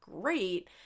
great